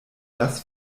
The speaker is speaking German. das